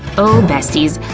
oh, besties,